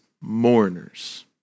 mourners